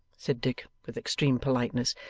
said dick, with extreme politeness.